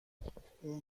اون